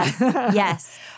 yes